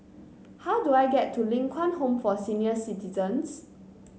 how do I get to Ling Kwang Home for Senior Citizens